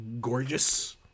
gorgeous